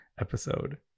episode